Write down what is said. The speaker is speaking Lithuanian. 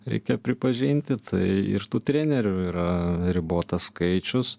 reikia pripažinti tai ir tų trenerių yra ribotas skaičius